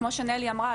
כמו שנלי אמרה,